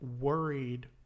worried